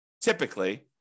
typically